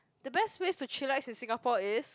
the best ways to chillax in Singapore is